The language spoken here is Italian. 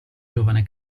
giovane